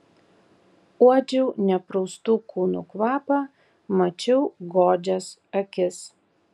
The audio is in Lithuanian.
uodžiau nepraustų kūnų kvapą mačiau godžias akis